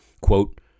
Quote